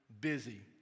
busy